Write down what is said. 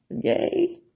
Yay